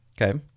Okay